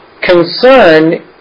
Concern